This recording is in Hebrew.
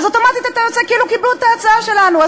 אז אוטומטית יוצא כאילו קיבלו את ההצעה שלנו,